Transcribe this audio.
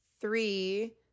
three